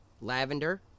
lavender